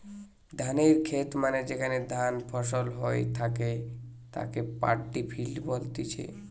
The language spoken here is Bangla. ধানের খেত মানে যেখানে ধান ফসল হই থাকে তাকে পাড্ডি ফিল্ড বলতিছে